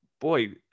Boy